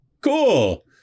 cool